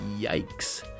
Yikes